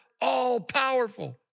all-powerful